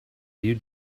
you